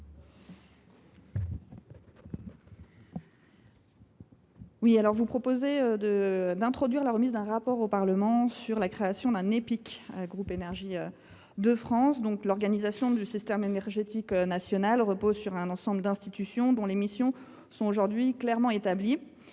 vous proposez que le Gouvernement remette au Parlement un rapport sur la création d’un Épic Groupe Énergie de France. L’organisation du système énergétique national repose sur un ensemble d’institutions dont les missions sont aujourd’hui clairement établies.